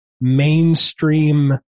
mainstream